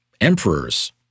emperors